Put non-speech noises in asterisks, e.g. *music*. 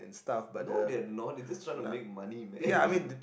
no they are not they just trying to make money man *laughs*